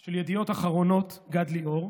של ידיעות אחרונות גד ליאור,